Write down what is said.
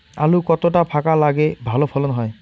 আলু কতটা ফাঁকা লাগে ভালো ফলন হয়?